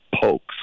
pokes